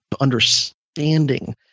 understanding